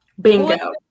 Bingo